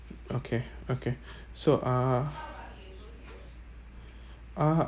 okay okay so uh uh